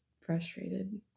frustrated